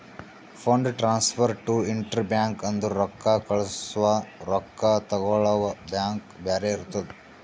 fund transfer to inter bank ಅಂದುರ್ ರೊಕ್ಕಾ ಕಳ್ಸವಾ ರೊಕ್ಕಾ ತಗೊಳವ್ ಬ್ಯಾಂಕ್ ಬ್ಯಾರೆ ಇರ್ತುದ್